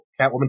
Catwoman